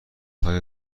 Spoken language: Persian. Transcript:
های